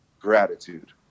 gratitude